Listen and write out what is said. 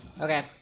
Okay